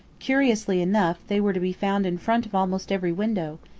curiously enough, they were to be found in front of almost every window,